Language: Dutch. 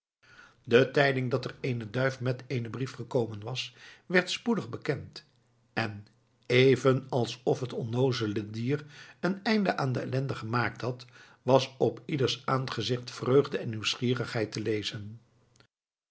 de tijding dat er eene duif met eenen brief gekomen was werd spoedig bekend en even alsof het onnoozele dier een einde aan de ellende gemaakt had was op ieders aangezicht vreugde en nieuwsgierigheid te lezen